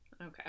okay